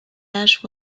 ash